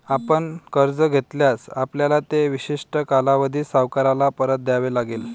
आपण कर्ज घेतल्यास, आपल्याला ते विशिष्ट कालावधीत सावकाराला परत द्यावे लागेल